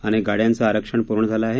अनेक गाड्यांचं आरक्षण पूर्ण झालं आहे